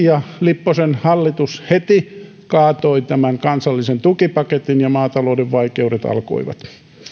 ja lipposen hallitus heti kaatoi tämän kansallisen tukipaketin ja maatalouden vaikeudet alkoivat